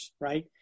right